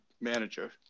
manager